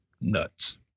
nuts